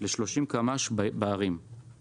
ל-30 קמ"ש בערים.